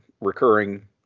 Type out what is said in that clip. recurring